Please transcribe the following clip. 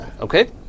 Okay